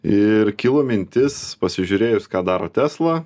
ir kilo mintis pasižiūrėjus ką daro tesla